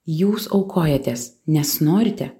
jūs aukojatės nes norite